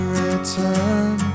return